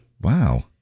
Wow